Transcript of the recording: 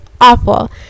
awful